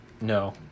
No